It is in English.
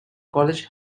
college